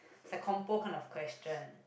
it's a compo kind of question